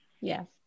Yes